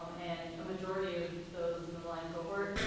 um and a majority of those in the millennial cohort,